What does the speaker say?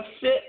fit